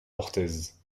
orthez